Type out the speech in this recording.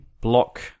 block